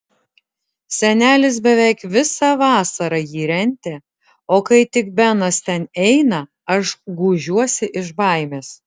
senelis beveik visą vasarą jį rentė o kai tik benas ten eina aš gūžiuosi iš baimės